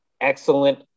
excellent